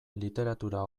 literatura